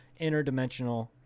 interdimensional